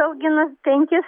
augina penkis